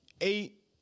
eight